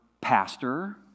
pastor